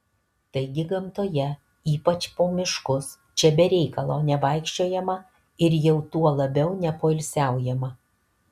taigi gamtoje ypač po miškus čia be reikalo nevaikščiojama ir jau tuo labiau nepoilsiaujama